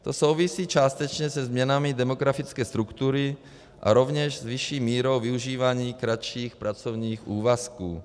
To souvisí částečně se změnami demografické struktury a rovněž s vyšší mírou využívání kratších pracovních úvazků.